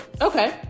Okay